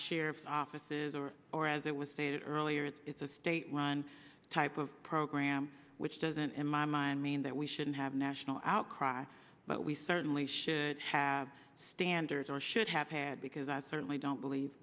sheriff's offices or or as it was stated earlier it's a state run type of program which doesn't in my mind mean that we shouldn't have national outcry but we certainly should have standards or should have had because i certainly don't believe